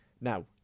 Now